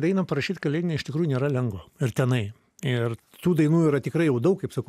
dainą parašyt kalėdinę iš tikrųjų nėra lengva ir tenai ir tų dainų yra tikrai jau daug kaip sakau